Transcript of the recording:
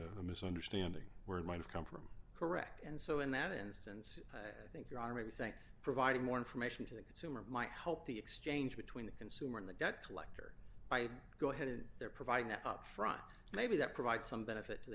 a misunderstanding where it might have come from correct and so in that instance i think i may think providing more information to the consumer might help the exchange between the consumer and the debt collector i'd go ahead and they're providing that up front maybe that provides some benefit to